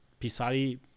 Pisari